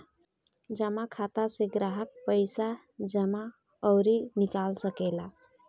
जमा खाता से ग्राहक पईसा जमा अउरी निकाल सकेला